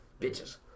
Bitches